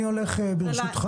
ברשותך,